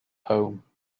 home